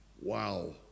Wow